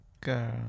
girl